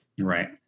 Right